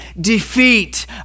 defeat